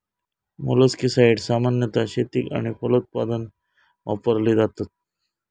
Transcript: मोलस्किसाड्स सामान्यतः शेतीक आणि फलोत्पादन वापरली जातत